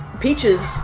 peaches